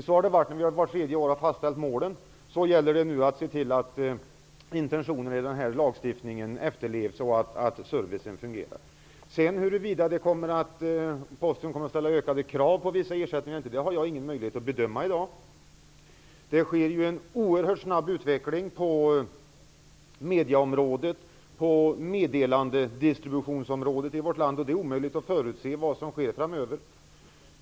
Så har det varit när vi vart tredje år har fastställt målen, och det gäller nu att se till så att intentionerna i lagstiftningen efterlevs och att servicen fungerar. Huruvida Posten kommer att ställa ökade krav på vissa ersättningar har jag i dag ingen möjlighet att bedöma. Det sker ju en oerhört snabb utveckling på mediaområdet och på meddelandedistributionsområdet i vårt land, och det är omöjligt att förutse vad som kommer att ske framöver.